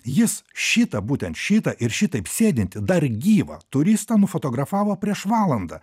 jis šitą būtent šitą ir šitaip sėdintį dar gyvą turistą nufotografavo prieš valandą